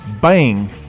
bang